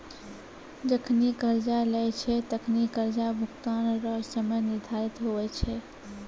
जखनि कर्जा लेय छै तखनि कर्जा भुगतान रो समय निर्धारित हुवै छै